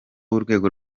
w’urwego